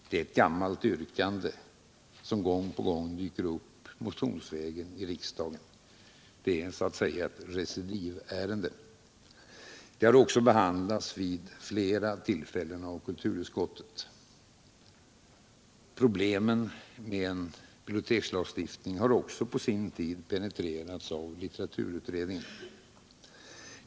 Det är ett gammalt yrkande, som gång på gång dyker upp motionsvägen i riksdagen. Det är så att säga ett recidivärende, och det har även behandlats vid flera tillfällen i kulturutskottet. Problemen med cen bibliotekslag har även på sin tid penetrerats av litteraturutredningen.